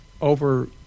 over